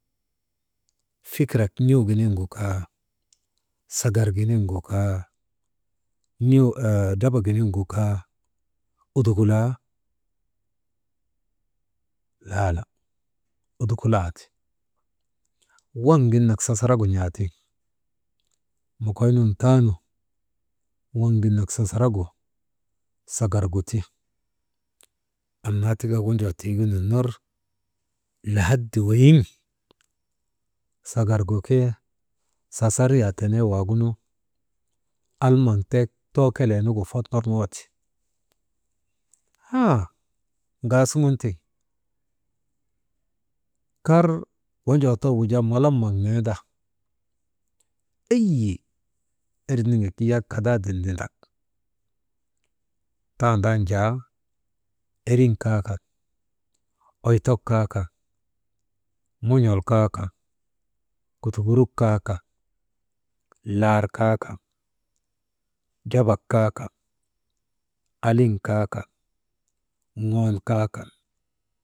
Fikirek n̰uuginiŋgu kaa, sagarginiŋgu kaa, «Hesitation» drabaginiŋu kaa, udukulaa, laala udukulaandi, waŋgin nak sasaragu n̰aatiŋ mokoynun taanu waŋgin nak sasaragu sagargu ti, annaa tika wonjoo tigunun ner lahadi weyiŋ sagargu ke sasriyaa tenee waagunu, alamaŋ tek too keleenugu fot norŋoo ti, haa ŋaasuŋun tiŋ kar wonjoo too wujaa malamak nenda, eyyi erniŋek yak kadaaden nindak tandan jaa erin kaa kan oytok kaa kan mon̰ol kaa kan, kuduŋuruk kaa ka, laar kaa ka, darbak kaa ka, alin kaa ka ŋoon kaa ka.